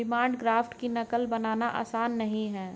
demand draft की नक़ल बनाना आसान नहीं है